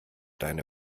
deine